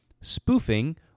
spoofing